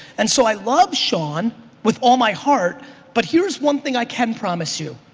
and so i love sean with all my heart but here's one thing i can promise you,